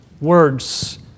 Words